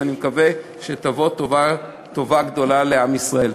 ואני מקווה שתבוא טובה גדולה לעם ישראל.